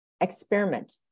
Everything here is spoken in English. experiment